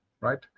right